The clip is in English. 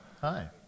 Hi